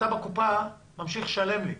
אתה בקופה ממשיך לשלם לי.